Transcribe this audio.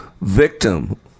victim